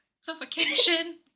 suffocation